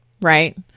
Right